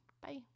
Bye